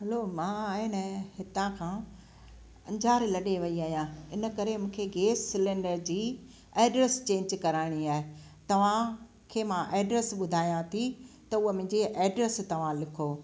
हलो मां आहे न हितां खां अंजार लॾे वेई आहियां इनकरे मूंखे गैस सिलेंडर जी एड्रेस चेज कराइणी आहे तव्हां खे मां एड्रेस ॿुधायां थी त उहा मुंहिंजी एड्रेस तव्हां लिखो